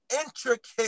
intricate